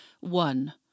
One